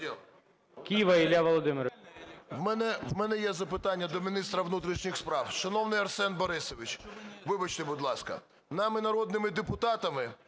Кива Ілля Володимирович.